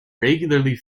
regularly